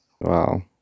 Wow